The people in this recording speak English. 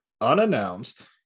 unannounced